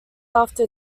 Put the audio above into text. after